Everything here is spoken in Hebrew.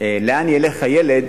לאן ילך הילד,